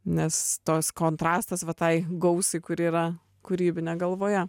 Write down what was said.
nes toks kontrastas va tai gausai kuri yra kūrybinė galvoje